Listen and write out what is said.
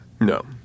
No